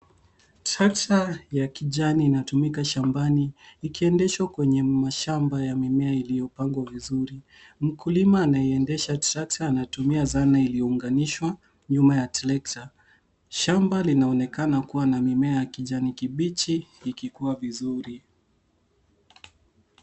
Trakta ya kijani inatumika shambani, ikiedeshwa kwenye mashamba ya mimea iliopangwa vizuri. Mkulima anayedesha trakta anatumia zana iliyounganishwa nyuma ya trakta. Shamba linaonekana kuwa na mimea ya kijani kibichi ikikua vizuri.